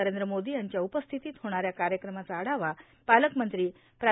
नरेंद्र मोदी यांच्या उपस्थितीत होणाऱ्या कार्यक्रमाचा आढावा पालकमंत्री प्रा